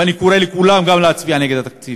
ואני קורא לכולם להצביע גם הם נגד התקציב.